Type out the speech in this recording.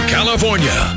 California